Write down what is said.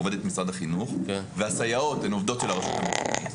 עובדת משרד החינוך והסייעות הן עובדות של הרשות המקומית.